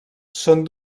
són